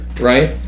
right